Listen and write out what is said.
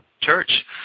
church